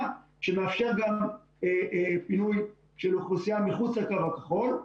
שמאפשר גם פינוי של אוכלוסייה מחוץ לקו הכחול.